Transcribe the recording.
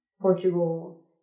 Portugal